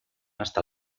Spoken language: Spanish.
hasta